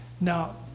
Now